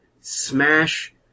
smash